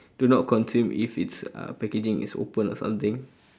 do not consume if it's uh packaging is open or something